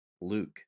Luke